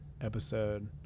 episode